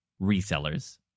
resellers